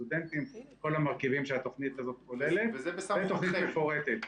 הסטודנטים כל המרכיבים שהתוכנית הזאת כוללת ותוכנית מפורטת.